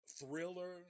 thriller